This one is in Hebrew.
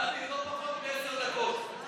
דוד, לא פחות מעשר דקות.